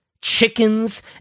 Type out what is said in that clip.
chickens